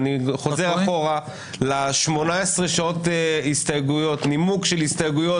אני חוזר אחורה ל-18 שעות נימוק של הסתייגויות.